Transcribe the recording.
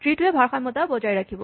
tree টোৱে ভাৰসামত্যা বজাই ৰাখিব